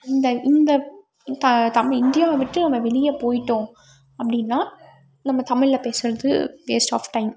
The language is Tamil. இந்த இந்த தா தமி இந்தியாவை விட்டு நம்ம வெளியே போயிட்டோம் அப்படின்னா நம்ம தமிழில் பேசுறது வேஸ்ட் ஆஃப் டைம்